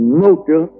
motor